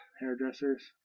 Hairdressers